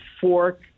fork